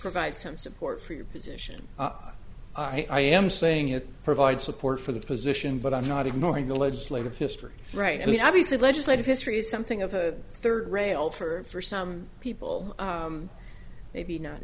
provides some support for your position i am saying it provides support for the position but i'm not ignoring the legislative history right he obviously legislative history is something of a third rail for some people maybe not